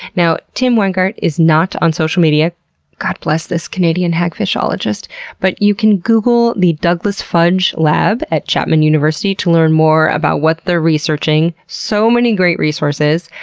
now tim winegart is not on social media god bless this canadian hagfishologist but you can google the douglas fudge lab at chapman university to learn more about what they're researching so many great resources!